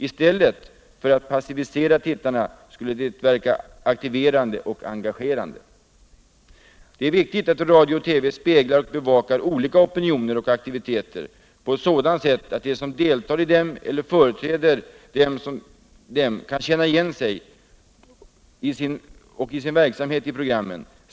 I stället för att passivisera tittarna skulle det verka aktiverande och engagerande. Det är viktigt att radio och TV speglar och bevakar olika opinioner och aktiviteter på ett sådant sätt. att de som deltar i dem eller företräder dem kan känna igen sig och sin verksamhet i programmen.